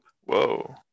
Whoa